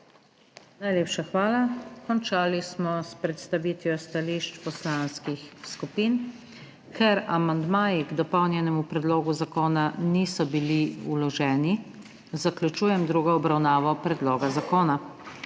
Najlepša hvala. Končali smo s predstavitvijo stališč poslanskih skupin. Ker amandmaji k dopolnjenemu predlogu zakona niso bili vloženi, zaključujem drugo obravnavo predloga zakona.